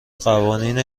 قوانین